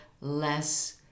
less